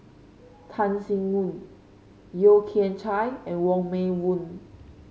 Tan Sin Aun Yeo Kian Chye and Wong Meng Voon